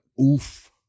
Oof